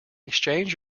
exchange